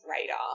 radar